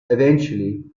eventually